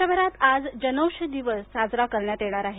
देशभरात जनौषधी दिवस आज साजरा करण्यात येणार आहे